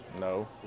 No